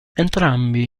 entrambi